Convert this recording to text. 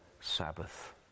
Sabbath